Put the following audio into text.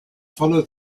follow